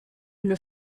une